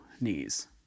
knees